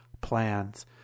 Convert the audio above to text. plans